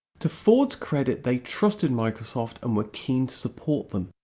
to ford's credit they trusted microsoft and were keen to support them,